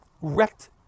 wrecked